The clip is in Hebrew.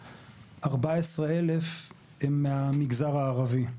14,000 הם מהמגזר הערבי.